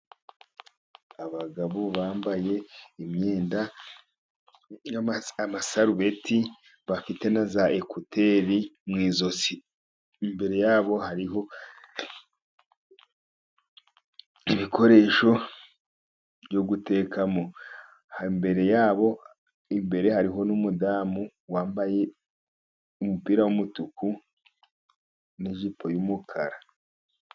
Abagabo bambaye imyenda y'amasarubeti bafite na za ekuteri mu ijosi. Imbere yabo hariho ibikoresho byo gutekamo. Imbere yabo hariho n'umudamu wambaye umupira w'umutuku n'ijipo y'umukara.